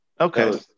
Okay